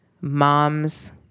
moms